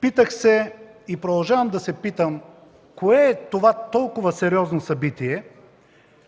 Питах се и продължавам да се питам кое е това толкова сериозно събитие,